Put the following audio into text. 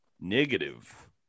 Negative